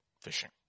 fishing